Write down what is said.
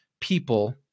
people